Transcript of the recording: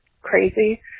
crazy